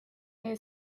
meie